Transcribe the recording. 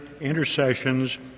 intercessions